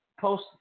post